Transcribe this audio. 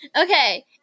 Okay